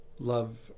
love